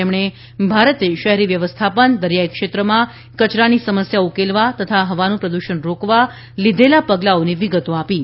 તેમણે ભારતે શહેરી વ્યવસ્થાપન દરિયાઈ ક્ષેત્રમાં કચરાંની સમસ્યા ઉકેલવા તથા હવાનું પ્રદૃષણ રોકવા લીઘેલા પગલાંઓની વિગતો આપી હતી